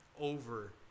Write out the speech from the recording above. over